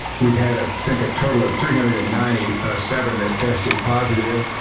we've had i think a total of three hundred and ninety seven that tested positive.